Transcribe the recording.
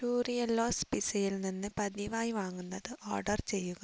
Turiellos പിസ്സയിൽ നിന്ന് പതിവായി വാങ്ങുന്നത് ഓർഡർ ചെയ്യുക